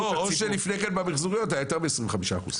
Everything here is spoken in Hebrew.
או שלפני כן במחזוריות היה יותר מ-25%.